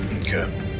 Okay